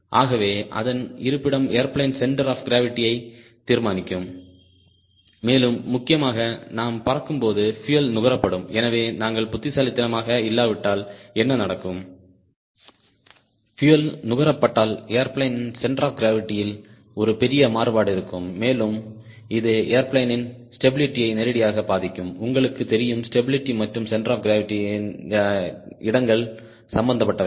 ஆகவே அதன் இருப்பிடம் ஏர்பிளேன் சென்டர் ஆப் க்ராவிட்டி யை தீர்மானிக்கும் மேலும் முக்கியமாக நாம் பறக்கும்போது பியூயல் நுகரப்படும் எனவே நாங்கள் புத்திசாலித்தனமாக இல்லாவிட்டால் என்ன நடக்கும் பியூயல் நுகரப்பட்டால் ஏர்பிளேன் சென்டர் ஆப் க்ராவிட்டி யில் ஒரு பெரிய மாறுபாடு இருக்கும் மேலும் இது ஏர்பிளேனின் ஸ்டேபிளிட்டியை நேரடியாக பாதிக்கும் உங்களுக்குத் தெரியும் ஸ்டேபிளிட்டி மற்றும் சென்டர் ஆப் க்ராவிட்டியின் இடங்கள் சம்பந்தப்பட்டவை